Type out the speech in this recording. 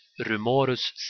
rumorus